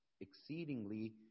exceedingly